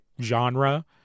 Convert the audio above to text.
genre